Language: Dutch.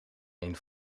een